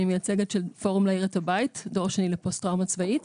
אני מייצגת את פורום להאיר את הבית דור שני לפוסט-טראומה צבאית.